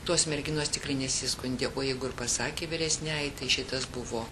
tos merginos tikrai nesiskundė o jeigu ir pasakė vyresniajai tai šitas buvo